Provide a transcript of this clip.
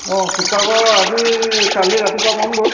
অঁ শিৱচাগৰ আজি কালি ৰাতিপুৱা পামগৈ